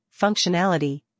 functionality